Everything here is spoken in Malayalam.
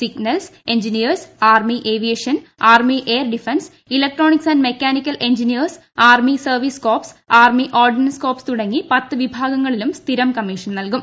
signals engineers army aviation army air defence electronics and mechanical engineers army service corps army ordnance corps തുടങ്ങി പത്ത് വിഭാഗങ്ങളിലും സ്ഥിരം കമീഷൻ നൽകും